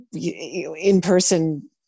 in-person